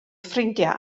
ffrindiau